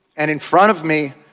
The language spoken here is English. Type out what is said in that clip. and in front of me,